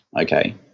okay